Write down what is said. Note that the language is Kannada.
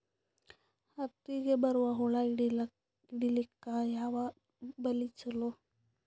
ಹತ್ತಿಗ ಬರುವ ಹುಳ ಹಿಡೀಲಿಕ ಯಾವ ಬಲಿ ಚಲೋ?